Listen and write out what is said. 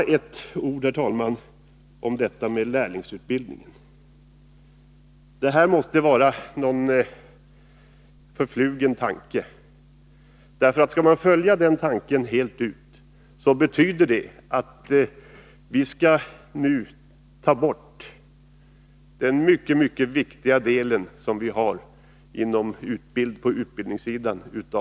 Herr talman! Bara några ord om lärlingsutbildningen. Detta måste vara någon förflugen tanke, därför att om man skall följa den tanken fullt ut, betyder det att vi nu skall ta bort den mycket viktiga delen praktiska yrken som vi har på utbildningssidan.